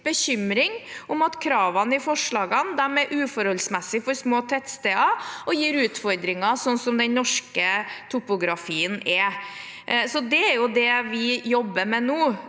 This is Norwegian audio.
bekymring for at kravene i forslagene er uforholdsmessige for små tettsteder og gir utfordringer sånn som den norske topografien er. Det er det vi jobber med nå.